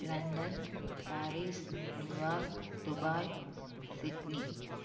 London Paris New York Dubai Sydney